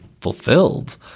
fulfilled